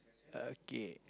okay